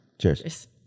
Cheers